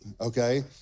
okay